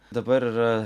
dabar yra